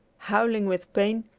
howling with pain,